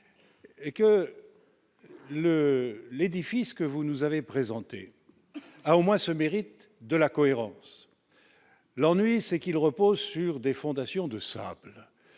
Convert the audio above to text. l'édifice que vous nous avez présenté a au moins le mérite de la cohérence. L'ennui, c'est qu'il repose sur des fondations de sable.